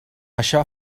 això